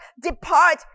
depart